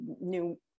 new